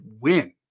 win